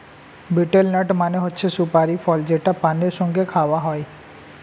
betel nut মানে হচ্ছে সুপারি ফল যেটা পানের সঙ্গে খাওয়া হয়